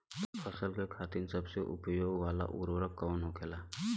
फसल के खातिन सबसे उपयोग वाला उर्वरक कवन होखेला?